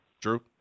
Drew